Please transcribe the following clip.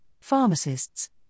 pharmacists